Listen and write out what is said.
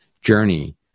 journey